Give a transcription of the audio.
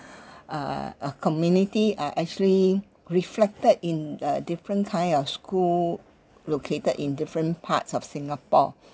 uh a community are actually reflected in a different kind of school located in different parts of singapore